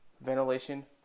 ventilation